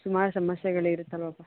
ಸುಮಾರು ಸಮಸ್ಯೆಗಳು ಇರುತ್ತಲ್ವಪ್ಪ